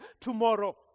tomorrow